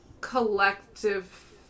collective